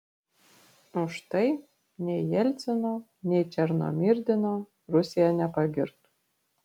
už tai nei jelcino nei černomyrdino rusija nepagirtų